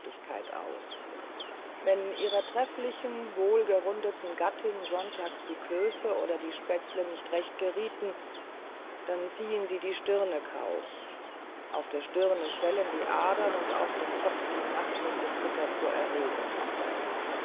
aus wenn ihrer trefflichen wohlgerundeten gattin sonntags die klöße oder die spätzle nicht recht gerieten dann ziehen sie die stirne kraus die adern schwellen und auf dem kopf die nachtmütze zittert vor erregung